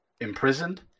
imprisoned